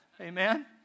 Amen